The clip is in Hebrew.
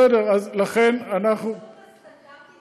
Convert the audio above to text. בסדר, אז לכן אנחנו, אני לא מציעה,